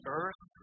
earth